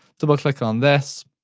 double click on this.